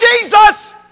Jesus